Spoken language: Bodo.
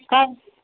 हाब